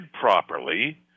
properly